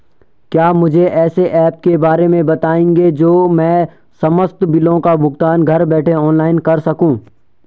क्या मुझे ऐसे ऐप के बारे में बताएँगे जो मैं समस्त बिलों का भुगतान घर बैठे ऑनलाइन कर सकूँ?